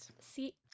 See